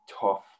tough